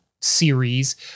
series